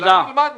אולי נלמד משהו.